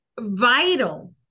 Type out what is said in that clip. vital